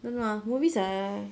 don't know ah movies are